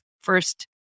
first